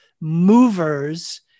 movers